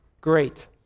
great